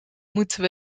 moeten